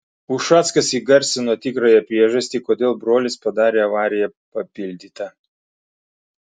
ušackas įgarsino tikrąją priežastį kodėl brolis padarė avariją papildyta